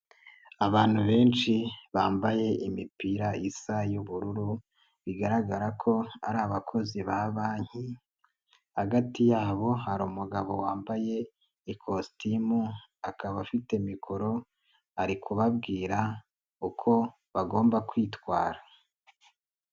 Abantu benshi bambaye imipira isa y'ubururu bigaragara ko ari abakozi ba banki, hagati yabo hari Umugabo wambaye ikositimu akaba afite mikoro ari kubabwira uko bagomba kwitwara.